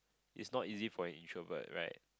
it's not easy for an introvert right